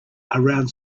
around